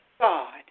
God